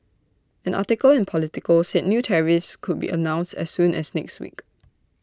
an article in Politico said new tariffs could be announced as soon as next week